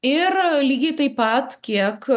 ir lygiai taip pat kiek